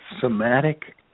somatic